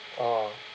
orh